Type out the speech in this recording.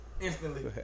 Instantly